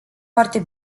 foarte